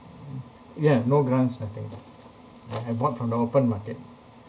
mm ya no grants nothing ya I bought from the open market